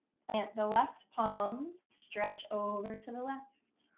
plant the left palm. stretch over to the left.